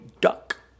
duck